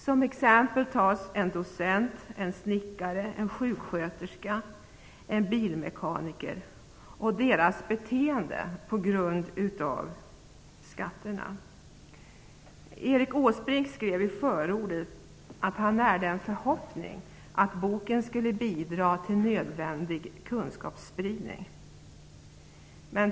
Som exempel tas en docent, en snickare, en sjuksköterska och en bilmekaniker och deras beteende på grund av skatterna. Erik Åsbrink skrev i förordet att han närde en förhoppning att boken skulle bidra till nödvändig kunskapsspridning.